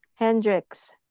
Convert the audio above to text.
hendricks,